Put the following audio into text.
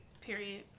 Period